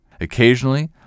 Occasionally